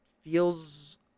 feels